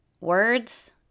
words